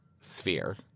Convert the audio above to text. sphere